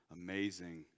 amazing